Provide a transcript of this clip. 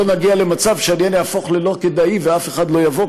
לא נגיע למצב שהעניין יהפוך ללא כדאי ואף אחד לא יבוא,